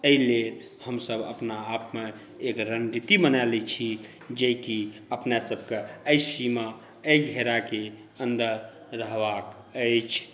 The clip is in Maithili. एहि लेल हमसभ अपनाआपमे एक रणनीति बना लैत छी जेकि अपन सभकेँ एहि सीमा एहि घेराके अन्दर रहबाक अछि